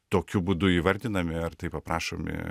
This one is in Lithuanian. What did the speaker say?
tokiu būdu įvardinami ar taip aprašomi